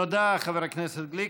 תודה, חבר הכנסת גליק.